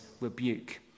rebuke